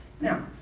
Now